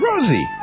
Rosie